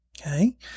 okay